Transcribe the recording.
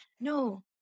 No